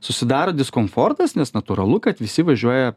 susidaro diskomfortas nes natūralu kad visi važiuoja